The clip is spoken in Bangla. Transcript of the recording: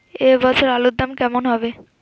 এ বছর আলুর দাম কেমন হবে?